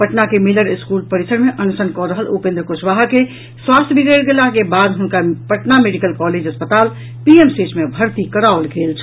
पटना के Miller school परिसर मे अनशन कऽ रहल उपेंद्र कुशवाहा के स्वास्थ्य बिगड़ि गेलाह के बाद हुनका पटना मेडिकल कॉलेज अस्पताल पीएमसीएच मे भर्ती कराओल गेल छल